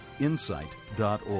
insight.org